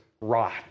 rot